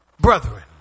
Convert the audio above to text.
brethren